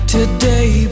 Today